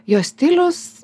jos stilius